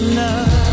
love